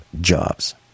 jobs